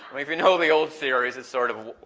if you know the old series it's sort of,